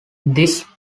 this